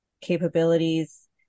capabilities